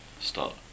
start